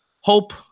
hope